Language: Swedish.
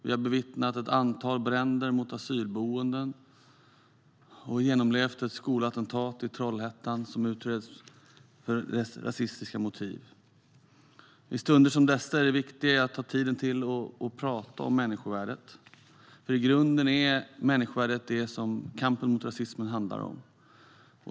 Vi har bevittnat ett antal bränder på asylboenden och genomlevt ett skolattentat i Trollhättan som utreds för rasistiska motiv. I stunder som dessa är det viktigt att ta sig tid att tala om människovärdet, för i grunden är människovärdet det som kampen mot rasismen handlar om.